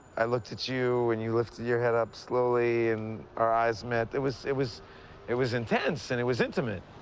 i looked at you, and you lifted your head up slowly, and our eyes met. it was it was it was intense, and it was intimate.